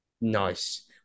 Nice